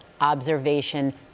observation